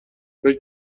فکر